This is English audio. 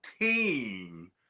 team